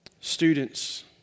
Students